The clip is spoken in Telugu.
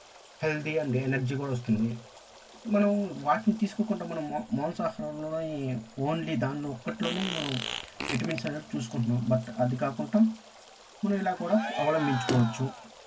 హెల్దీ అండ్ ఎనర్జీ కూడా వస్తుంది మనం వాటిని తీసుకోకుండా మనం మాంసాహారంలోనే ఓన్లీ దానిలో ఒక్కటిలోనే మనం విటమిన్స్ అనేటివి చూసుకుంటున్నాము బట్ అది కాకుండా మనం ఇలా కూడా అవలంబించుకోవచ్చు